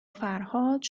فرهاد